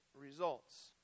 results